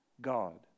God